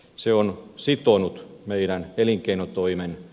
se on sitonut meidän elinkeinotoimen